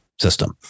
system